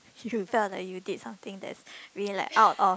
you felt that you'll did something that's really like out of